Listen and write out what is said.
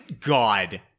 God